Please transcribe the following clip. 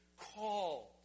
called